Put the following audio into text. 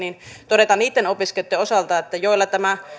todeta niitten opiskelijoitten osalta joilla tämä